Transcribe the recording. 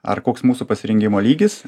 ar koks mūsų pasirengimo lygis